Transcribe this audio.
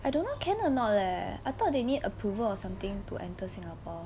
I don't w~ can or not leh I thought they need approval or something to enter singapore